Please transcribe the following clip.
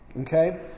Okay